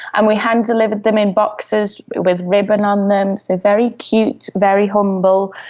and we hand-delivered them in boxes with ribbon on them, so very cute, very humble,